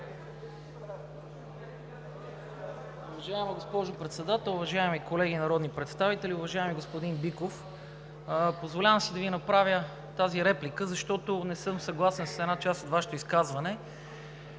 Уважаема госпожо Председател, уважаеми колеги народни представители! Уважаеми господин Биков, позволявам си да Ви направя тази реплика, защото не съм съгласен с една част от Вашето изказване.